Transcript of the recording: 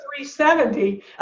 370